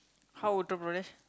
how